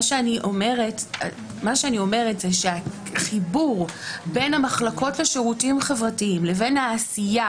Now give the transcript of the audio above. מה שאני אומרת זה שהחיבור בין המחלקות לשירותים חברתיים לבין העשייה